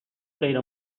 غیر